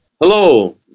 Hello